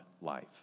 life